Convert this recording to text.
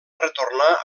retornar